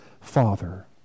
Father